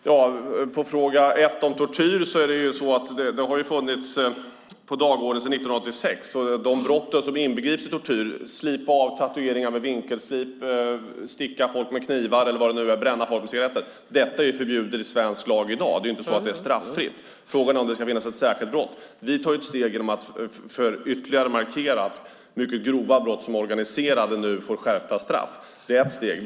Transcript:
Herr talman! Frågan om tortyr har funnits på dagordningen sedan 1986. Brott som att slipa av tatueringar med vinkelslip, sticka folk med knivar och bränna folk med cigarretter är förbjudna i svensk lag i dag; det är inte straffritt. Frågan är om det ska finnas ett särskilt tortyrbrott. Vi tar ett steg för att ytterligare markera genom att skärpa straffen för mycket grova brott som är organiserade.